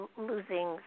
losing